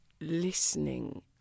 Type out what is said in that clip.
listening